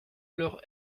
leur